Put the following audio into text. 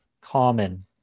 common